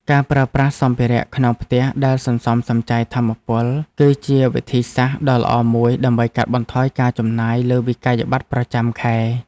ការប្រើប្រាស់សម្ភារៈក្នុងផ្ទះដែលសន្សំសំចៃថាមពល គឺជាវិធីសាស្ត្រដ៏ល្អមួយដើម្បីកាត់បន្ថយការចំណាយលើវិក្កយបត្រប្រចាំខែ។